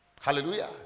hallelujah